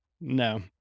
No